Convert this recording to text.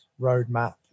roadmap